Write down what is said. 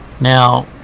Now